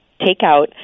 takeout